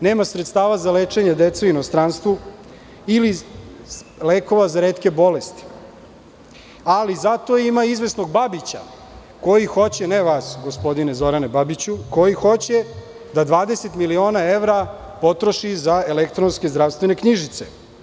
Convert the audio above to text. Nema sredstava za lečenje dece u inostranstvu ili lekova za retke bolesti, ali zato ima izvesnog Babića koji hoće, ne vas, gospodine Zorane Babiću, da 20 miliona evra potroši za elektronske zdravstvene knjižice.